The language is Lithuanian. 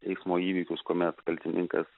eismo įvykius kuomet kaltininkas